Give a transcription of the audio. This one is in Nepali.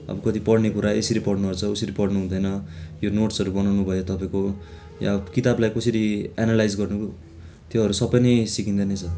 अब कति पढ्ने कुरा यसरी पढ्नु पर्छ उसरी पढ्नु हुँदैन यो नोटस्हरू बनाउनु भयो तपाईँको या किताबलाई कसरी एनालाइज गर्नु त्योहरू सबै नै सिकिँदै नै छ